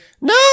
no